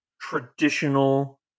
traditional